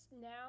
now